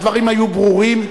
הדברים היו ברורים.